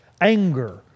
anger